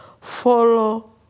Follow